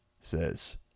says